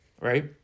Right